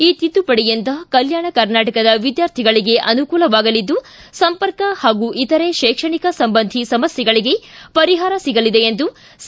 ಈ ತಿದ್ದುಪಡಿಯಿಂದ ಕಲ್ಯಾಣ ಕರ್ನಾಟಕದ ವಿದ್ಯಾರ್ಥಿಗಳಿಗೆ ಅನುಕೂಲವಾಗಲಿದ್ದು ಸಂಪರ್ಕ ಹಾಗೂ ಇತರೆ ತೈಕ್ಷಣಿಕ ಸಂಬಂಧಿ ಸಮಸ್ಥೆಗಳಿಗೆ ಪರಿಹಾರ ಸಿಗಲಿದೆ ಎಂದು ಸಿ